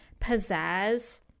pizzazz